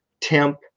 temp